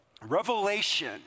revelation